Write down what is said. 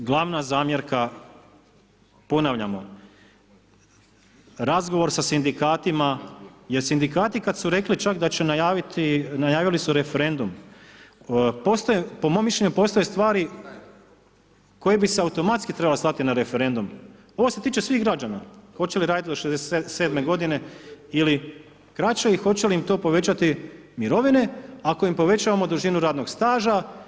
Ono što je glavna zamjerka, ponavljamo, razgovor sa sindikatima jer sindikati kad su rekli čak da će najaviti, najavili su referendum, postoje, po mom mišljenju postoje stvari koje bi se automatski trebale slati na referendum, ovo se tiče svih građana, hoće li raditi do 67 godine ili kraće i hoće li im to povećati mirovine ako im povećavamo dužinu radnog staža.